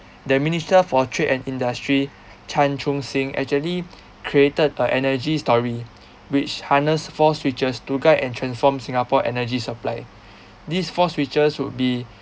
the minister for trade and industry chan chun sing actually created a energy story which harnessed four switches to guide and transform singapore energy supply these four switches would be